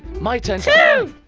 my turn to